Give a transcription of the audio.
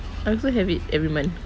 I also have it every month